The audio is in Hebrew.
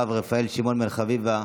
הרב רפאל שמעון בן חביבה,